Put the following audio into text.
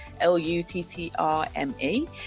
L-U-T-T-R-M-E